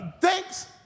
Thanks